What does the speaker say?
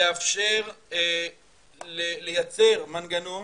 לאפשר לייצר מנגנון